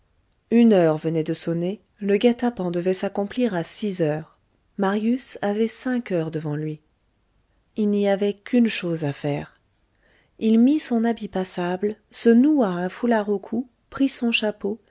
une heure venait de sonner le guet-apens devait s'accomplir à six heures marius avait cinq heures devant lui il n'y avait qu'une chose à faire il mit son habit passable se noua un foulard au cou prit son chapeau